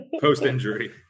post-injury